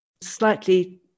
slightly